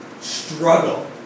struggle